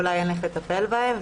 אולי אין איך לטפל בהם,